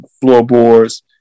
floorboards